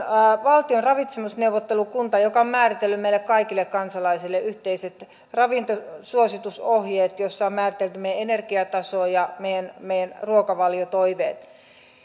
valtion ravitsemusneuvottelukunta joka on määritellyt meille kaikille kansalaisille yhteiset ravintosuositusohjeet joissa on määritelty meidän energiatasomme ja meidän meidän ruokavaliotoiveemme